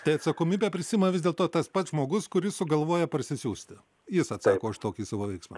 tai atsakomybę prisiima vis dėl to tas pats žmogus kuris sugalvoja parsisiųsti jis atsako už tokį savo veiksmą